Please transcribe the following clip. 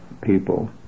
people